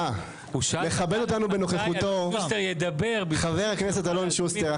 אה, מכבד אותנו בנוכחותו חבר הכנסת אלון שוסטר.